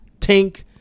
Tink